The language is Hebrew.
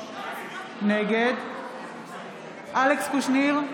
נגד אלכס קושניר,